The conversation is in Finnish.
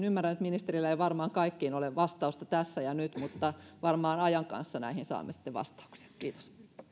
ymmärrän että ministerillä ei varmaan kaikkiin näihin tiettyihin asiakohtiin ole vastausta tässä ja nyt mutta varmaan ajan kanssa näihin saamme sitten vastauksen kiitos